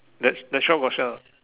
that that shop got sell or not